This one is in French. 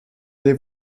aller